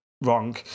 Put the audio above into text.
wrong